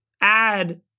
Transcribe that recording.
add